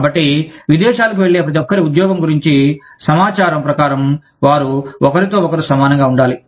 కాబట్టి విదేశాలకు వెళ్ళే ప్రతి ఒక్క ఉద్యోగి గురించి సమాచారం ప్రకారం వారు ఒకరితో ఒకరు సమానంగా ఉండాలి